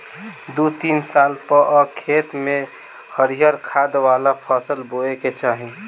दू तीन साल पअ खेत में हरिहर खाद वाला फसल बोए के चाही